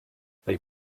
they